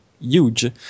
huge